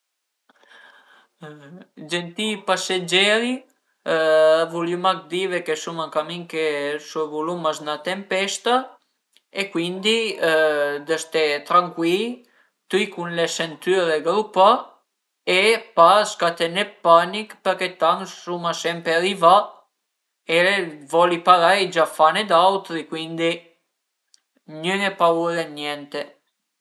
Genti-i passeggeri, vulìu mach dive che suma ën camin che survuluma sü üna tempesta e cuindi dë ste trancui-i, tüi cun le sentüre grupà e pa scatené d'panich perché tant suma sempre arivà e voli parei ai gia fane d'autri cuindi gnüne paüre dë niente